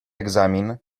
egzamin